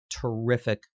terrific